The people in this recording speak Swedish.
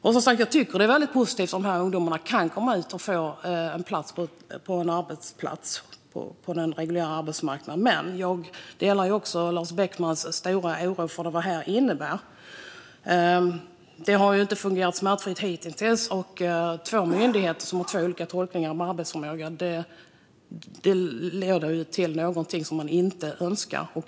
Jag tycker att det är väldigt positivt om dessa ungdomar kan komma ut och få en plats på den reguljära arbetsmarknaden. Dock delar jag Lars Beckmans stora oro för vad detta innebär. Det har ju inte fungerat smärtfritt hittills. Två myndigheter som har två olika tolkningar av arbetsförmågan leder till någonting som man inte önskar.